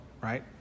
right